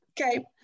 Okay